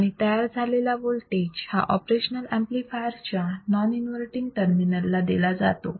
आणि तयार झालेला वोल्टेज हा ऑपरेशनल ऍम्प्लिफायर च्या नॉन इन्वर्तींग टर्मिनल ला दिला जातो